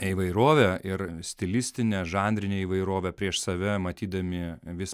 įvairovę ir stilistinę žanrinę įvairovę prieš save matydami vis